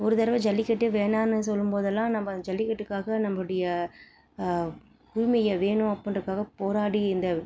ஒரு தடவ ஜல்லிக்கட்டே வேணாம்னு சொல்லும்போதெல்லாம் நம்ம ஜல்லிக்கட்டுக்காக நம்முடைய பூமியை வேணும் அப்பிடின்றதுக்காக போராடி இந்த